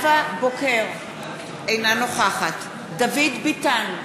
אינה נוכחת דוד ביטן,